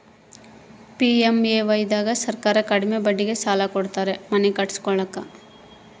PMAY ದಾಗ ಸರ್ಕಾರ ಕಡಿಮಿ ಬಡ್ಡಿಗೆ ಸಾಲ ಕೊಡ್ತಾರ ಮನಿ ಕಟ್ಸ್ಕೊಲಾಕ